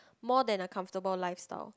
more than a comfortable lifestyle